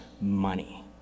money